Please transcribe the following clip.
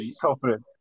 Confident